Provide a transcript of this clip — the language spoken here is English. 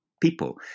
people